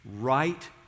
right